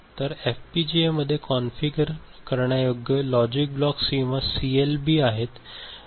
तर या एफपीजीएमध्ये कॉन्फिगर करण्यायोग्य लॉजिक ब्लॉक्स किंवा सीएलबी आहेत